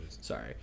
Sorry